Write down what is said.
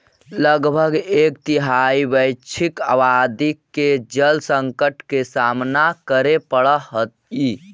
लगभग एक तिहाई वैश्विक आबादी के जल संकट के सामना करे पड़ऽ हई